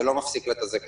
זה לא מפסיק לה את הזכאות.